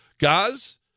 guys